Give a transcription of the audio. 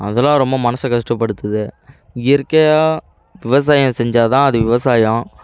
அதெல்லாம் ரொம்ப மனசு கஷ்டப்படுத்தது இயற்கையாக விவசாயம் செஞ்சால்தான் அது விவசாயம்